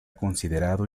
considerado